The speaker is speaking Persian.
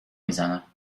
میزنم